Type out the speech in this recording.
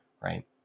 right